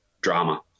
drama